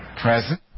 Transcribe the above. present